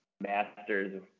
master's